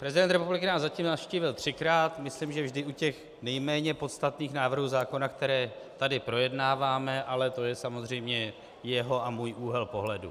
Prezident republiky nás zatím navštívil třikrát, myslím, že vždy u těch nejméně podstatných návrhů zákona, které tady projednáváme, ale to je samozřejmě jeho a můj úhel pohledu.